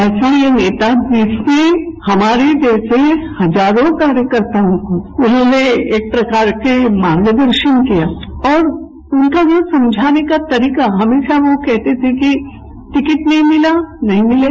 ऐसा यह नेता जिसन हमारे जैसे हजारों कार्यकर्ताओं को उन्होंने एक प्रकार के मार्गदर्शन किया और उनका जो समझाने का तरीका हमेशा वह कहते थे कि टिकट नहीं मिला नहीं मिले